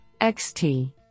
XT